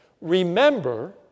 Remember